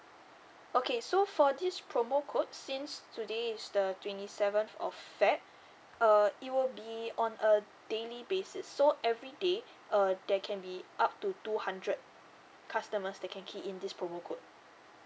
okay so for this promo code since today is the twenty seventh or feb uh it will be on a daily basis so everyday uh they can be up to two hundred customers that can key in this promo code